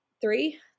three